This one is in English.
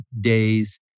days